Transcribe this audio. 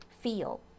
feel